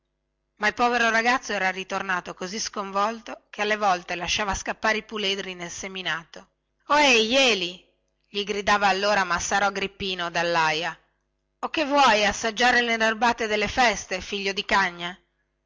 ma il povero ragazzo era ritornato così sconvolto che alle volte lasciava scappare i puledri nel seminato ohè jeli gli gridava allora massaro agrippino dallaja o che vuoi assaggiare le nerbate delle feste figlio di cagna